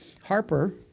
Harper